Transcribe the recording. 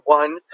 one